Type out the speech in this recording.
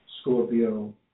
Scorpio